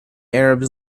arabs